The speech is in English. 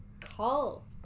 call